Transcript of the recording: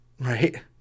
right